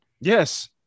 Yes